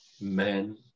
men